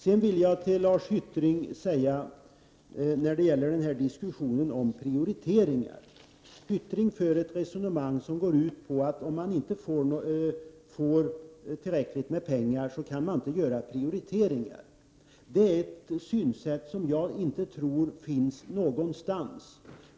Till Jan Hyttring vill jag säga angående diskussionen om prioriteringar att Hyttring för ett resonemang som går ut på att om man inte får tillräckligt med pengar, så kan man inte prioritera. Det är ett synsätt som jag inte tror finns någonstans.